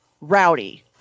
Rowdy